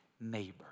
neighbor